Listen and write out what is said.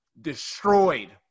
destroyed